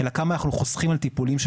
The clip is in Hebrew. אלא כמה אנחנו חוסכים על טיפולים של